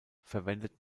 verwendet